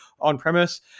on-premise